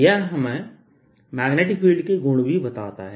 यह हमें magnetic field के गुण भी बताता है